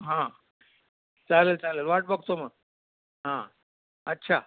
हां चालेल चालेल वाट बघतो मग हां अच्छा